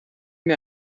mir